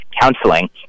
counseling